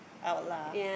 out lah